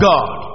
God